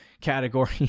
category